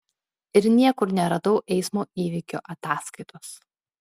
ir niekur neradau eismo įvykio ataskaitos